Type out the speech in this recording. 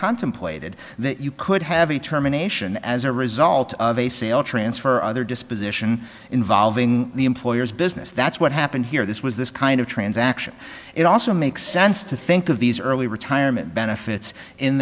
contemplated that you could have a terminations as a result of a sale transfer other disposition involving the employer's business that's what happened here this was this kind of transaction it also makes sense to think of these early retirement benefits in